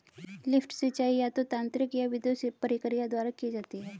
lift सिंचाई या तो यांत्रिक या विद्युत प्रक्रिया द्वारा की जाती है